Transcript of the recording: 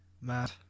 Mad